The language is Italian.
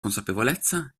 consapevolezza